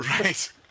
right